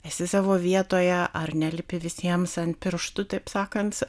esi savo vietoje ar nelipi visiems ant pirštų taip sakant